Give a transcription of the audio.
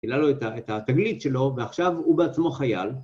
‫העלה לו את התגלית שלו, ‫ועכשיו הוא בעצמו חייל.